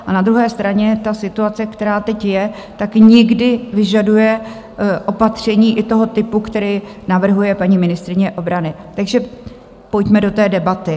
A na druhé straně situace, která teď je, někdy vyžaduje opatření i toho typu, který navrhuje paní ministryně obrany, takže pojďme do té debaty.